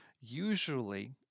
Usually